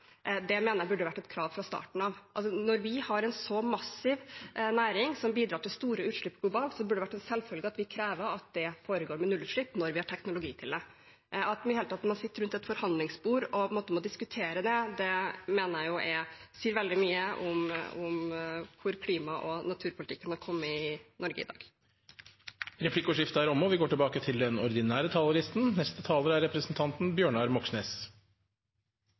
mener jeg burde vært et krav fra starten av. Når vi har en så massiv næring som bidrar til store utslipp globalt, burde det være en selvfølge at vi krever at det foregår med nullutslipp når vi har teknologi til det. At man i det hele tatt sitter rundt et forhandlingsbord og må diskutere det, mener jeg sier veldig mye om hvor langt klima- og naturpolitikken har kommet i Norge i dag. Replikkordskiftet er omme. Sist uke inngikk regjeringspartiene og